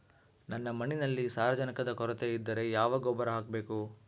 ನನ್ನ ಮಣ್ಣಿನಲ್ಲಿ ಸಾರಜನಕದ ಕೊರತೆ ಇದ್ದರೆ ಯಾವ ಗೊಬ್ಬರ ಹಾಕಬೇಕು?